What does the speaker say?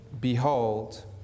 behold